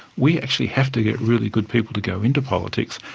we actually have to get really good people to go into politics.